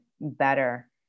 better